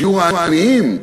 שיעור העניים,